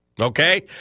Okay